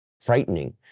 frightening